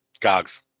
Gogs